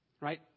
Right